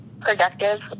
productive